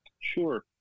Sure